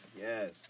yes